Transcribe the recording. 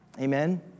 Amen